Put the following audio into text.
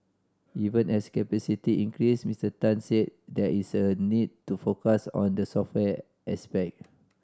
even as capacity increases Mister Tan said there is a need to focus on the software aspect